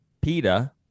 PETA